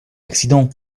accident